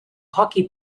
hockey